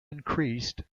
increased